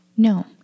No